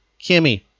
Kimmy